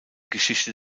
geschichte